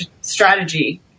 strategy